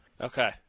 Okay